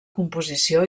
composició